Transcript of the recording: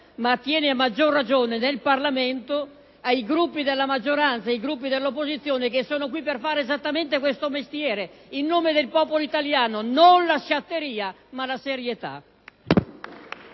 ma attiene a maggior ragione in Parlamento ai Gruppi di maggioranza e di opposizione che sono qui per fare esattamente questo mestiere, in nome del popolo italiano, usando non la sciatteria, ma la serietà.